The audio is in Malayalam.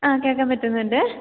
ആ കേൾക്കാന് പറ്റുന്നുണ്ട്